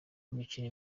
imikino